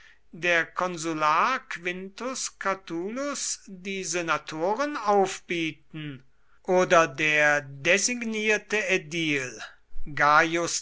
der konsular quintus catulus die senatoren aufbieten oder der designierte ädil gaius